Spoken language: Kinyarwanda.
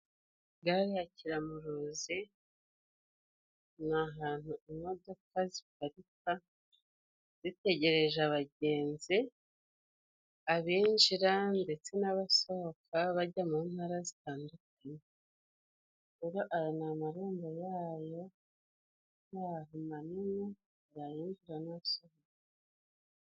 Gare ya Kiramuruzi ni ahantu imodoka ziparika zitegereje abagenzi abinjira, ndetse n'abasohoka bajya mu ntara zitandukanye. Aya ni amarembo yayo manini, ayinjira n'asohoka.